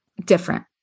different